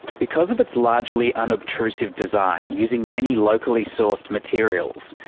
because of its largely unobtrusive design using many locally-sourced materials,